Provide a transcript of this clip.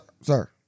Sir